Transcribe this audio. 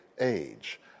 age